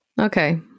Okay